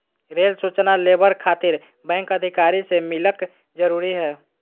Rail सूचना लेबर खातिर बैंक अधिकारी से मिलक जरूरी है?